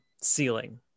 ceiling